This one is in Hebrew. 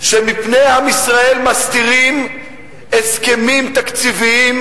שמפני עם ישראל מסתירים הסכמים תקציביים,